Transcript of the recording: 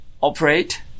operate